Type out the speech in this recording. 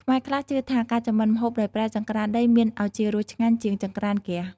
ខ្មែរខ្លះជឿថា ការចម្អិនម្ហូបដោយប្រើចង្ក្រានដីមានឱជារសឆ្ងាញ់ជាងចង្រ្កានហ្គាស។